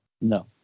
No